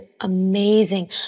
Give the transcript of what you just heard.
amazing